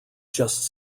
just